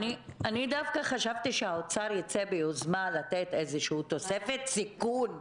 אני דווקא חשבתי שהאוצר יצא ביוזמה לתת איזה תוספת סיכון,